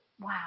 Wow